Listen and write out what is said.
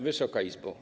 Wysoka Izbo!